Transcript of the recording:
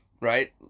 Right